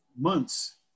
months